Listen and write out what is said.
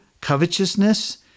covetousness